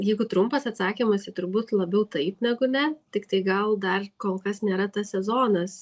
jeigu trumpas atsakymas tai turbūt labiau taip negu ne tik tai gal dar kol kas nėra tas sezonas